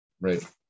Right